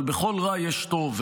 אבל בכל רע יש טוב,